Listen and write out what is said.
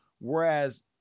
whereas